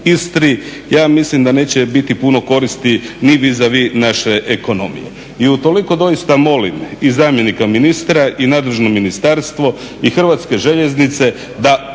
Istri ja mislim da neće biti puno koristi ni vizavi naše ekonomije. I u toliko doista molim i zamjenika ministra i nadležno ministarstvo i HŽ da porade nešto na